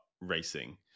racing